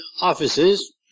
offices